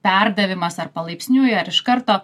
perdavimas ar palaipsniui ar iš karto